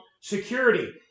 security